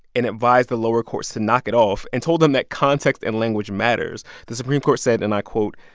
and advised the lower courts to knock it off and told them that context and language matters. the supreme court said, and i quote,